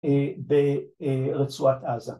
‫ברצועת עזה.